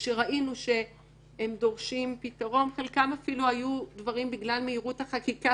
שראינו שהם דורשים פתרון - חלקם אפילו היו דברים בגלל מהירות החקיקה,